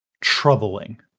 troubling